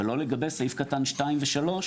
ולא לגבי סעיף קטן (2) ו-(3),